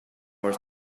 more